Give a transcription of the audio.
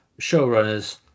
showrunners